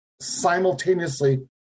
simultaneously